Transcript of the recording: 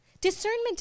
Discernment